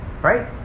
Right